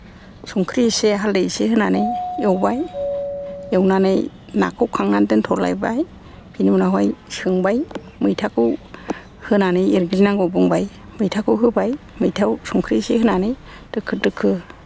संख्रि इसे हाल्दि इसे होनानै एवबाय एवनानै नाखौ खांनानै दोन्थ'लायबाय बिनि उनावहाय सोंबाय मैथाखौ होनानै एरग्लिनांगौ बुंबाय मैथाखौ होबाय मैथायाव संख्रि इसे होनानै दोखो दोखो